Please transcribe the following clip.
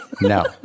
No